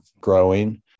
growing